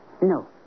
No